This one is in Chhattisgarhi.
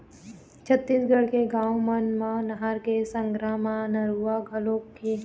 छत्तीसगढ़ के गाँव मन म नहर के संघरा म नरूवा घलोक हे